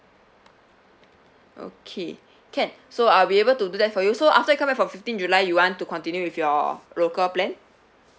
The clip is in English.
okay can so I'll be able to do that for you so after you coming for fifteenth july you want to continue with your local plan